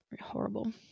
horrible